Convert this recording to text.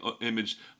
image